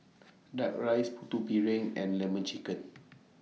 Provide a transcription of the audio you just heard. Duck Rice Putu Piring and Lemon Chicken